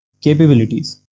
capabilities